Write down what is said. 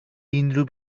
unrhyw